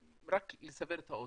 רק לסבר את האוזן,